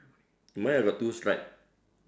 mine I got two stripe